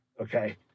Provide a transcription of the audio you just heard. okay